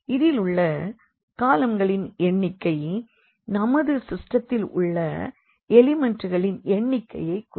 இதிலுள்ள காலம்களின் எண்ணிக்கை நமது சிஸ்டத்தில் உள்ள எலிமண்ட்டுகளின் எண்ணிக்கையை குறிக்கும்